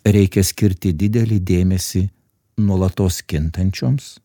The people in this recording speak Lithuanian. reikia skirti didelį dėmesį nuolatos kintančioms